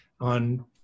on